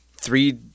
Three